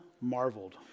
Marveled